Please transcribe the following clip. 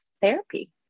therapy